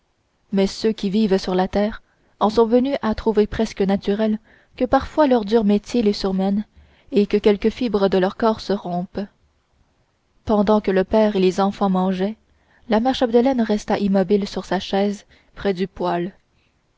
mais ceux qui vivent sur la terre en sont venus à trouver presque naturel que parfois leur dur métier les surmène et que quelque fibre de leur corps se rompe pendant que le père et les enfants mangeaient la mère chapdelaine resta immobile sur sa chaise près du poêle